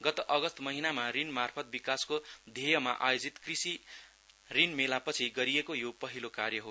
गत अगस्त महिनामा ऋणमार्फत विकासको ध्येयमा आयोजित कृषि ऋण मेलापछि गरिएको यो पहिलो कार्य हो